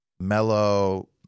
mellow